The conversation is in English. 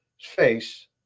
face